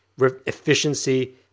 efficiency